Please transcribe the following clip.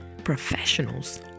professionals